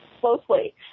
closely